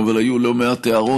אבל היו לא מעט הערות,